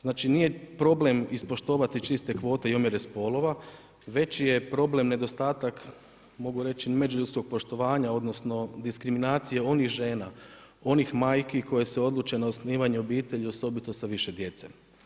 Znači nije problem ispoštovati čiste kvote i omjere spolova, već je problem nedostatak mogu reći međuljudskog poštovanja odnosno diskriminacije onih žena, onih majki koje se odluče na osnivanje obitelji osobito sa više djece.